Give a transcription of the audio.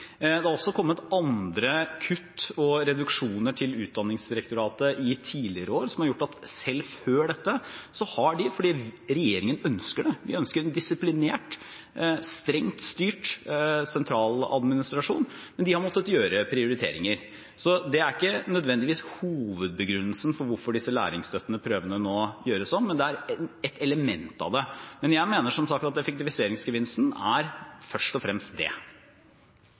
Det er også kommet andre kutt og reduksjoner til Utdanningsdirektoratet i tidligere år som har gjort at de selv før dette – fordi regjeringen ønsker det, vi ønsker en disiplinert, strengt styrt sentraladministrasjon – har måttet gjøre prioriteringer. Det er ikke nødvendigvis hovedbegrunnelsen for hvorfor de læringsstøttende prøvene nå gjøres om, men det er ett element av det. Jeg mener som sagt at effektiviseringsgevinsten er først og fremst det.